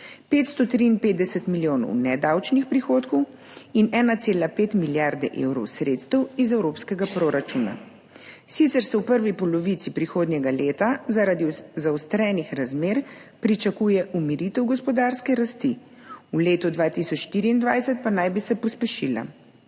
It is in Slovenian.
553 milijonov nedavčnih prihodkov in 1,5 milijarde evrov sredstev iz evropskega proračuna. Sicer se v prvi polovici prihodnjega leta zaradi zaostrenih razmer pričakuje umiritev gospodarske rasti, v letu 2024 pa naj bi se pospešila.